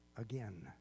again